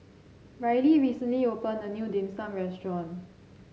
Ryley recently opened a new Dim Sum Restaurant